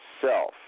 self